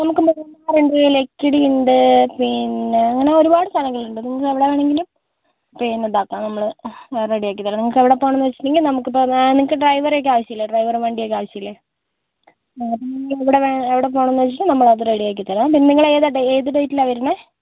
നമുക്ക് മൂന്നാർ ഉണ്ട് ലക്കിടി ഉണ്ട് പിന്നെ അങ്ങനെ ഒരുപാട് സ്ഥലങ്ങളുണ്ട് നിങ്ങൾക്ക് എവിടെ വേണമെങ്കിലും പിന്നെ ഇതാക്കാം നമ്മൾ റെഡിയാക്കിത്തരാം നിങ്ങൾക്ക് എവിടെ പോണംന്ന് വെച്ചട്ടുണ്ടെങ്കിൽ നമുക്ക് ഇപ്പോൾ വാൻ നിങ്ങൾക്ക് ഡ്രൈവറെ ഒക്കേ ആവശ്യമില്ലേ ഡ്രൈവറും വണ്ടിയും ആവശ്യമില്ലേ അപ്പോൾ ഇവിടെ എവിടെ പോണംന്ന് വെച്ചാൽ നമ്മൾ അത് റെഡിയാക്കിത്തരാം പിന്നെ നിങ്ങൾ ഏതാ ഏത് ഡേറ്റിലാണ് വരുന്നത്